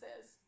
says